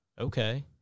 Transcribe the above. Okay